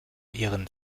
ihren